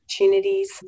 Opportunities